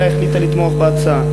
והעירייה החליטה לתמוך בהצעה.